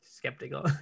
Skeptical